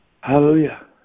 hallelujah